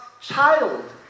child